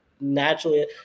naturally